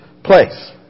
Place